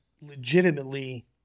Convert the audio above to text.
legitimately